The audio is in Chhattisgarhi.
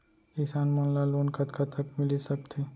किसान मन ला लोन कतका तक मिलिस सकथे?